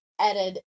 added